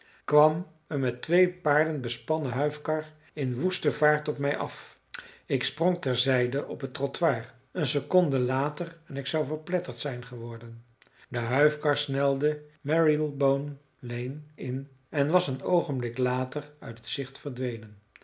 kwam een met twee paarden bespannen huifkar in woeste vaart op mij af ik sprong ter zijde op het trottoir een seconde later en ik zou verpletterd zijn geworden de huifkar snelde marylebone lane in en was een oogenblik later uit het gezicht verdwenen